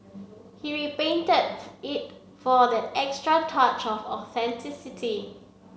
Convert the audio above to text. he repainted it for that extra touch of authenticity